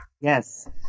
Yes